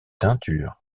teintures